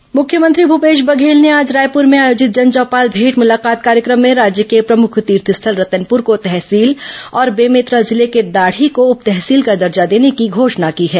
जनचौपाल मुख्यमंत्री भूपेश बघेल ने आज रायपूर में आयोजित जनचौपाल भेंट मुलाकात कार्यक्रम में राज्य के प्रमुख तीर्थस्थल रतनपुर को तहसील और बेमेतरा जिले के दाढ़ी को उप तहसील का दर्जा देने की घोषणा की है